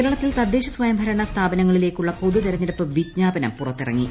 കേരളത്തിൽ തദ്ദേശ സ്വയം ഭരണ സ്ഥാപനങ്ങളിലേക്കുള്ള പൊതു തെരഞ്ഞെടുപ്പ് വിജ്ഞാപനം പുറത്തിറങ്ങി